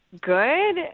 Good